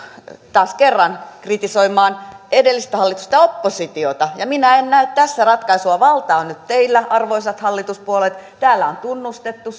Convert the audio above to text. taas kerran kritisoimaan edellistä hallitusta oppositiota ja minä en näe tässä ratkaisua valta on nyt teillä arvoisat hallituspuolueet täällä on tunnustettu